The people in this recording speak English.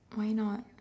why not